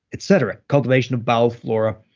etc. cultivation of bowel flora.